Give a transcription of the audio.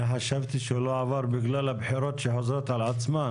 חשבתי שהוא לא עבר בגלל הבחירות שחוזרות על עצמן,